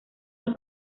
los